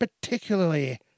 particularly